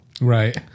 Right